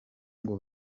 ngo